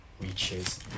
reaches